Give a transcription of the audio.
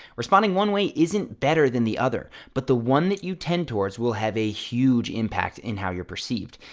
responding one way isn't better than the other, but the one that you tend towards will have a huge impact in how you're perceived.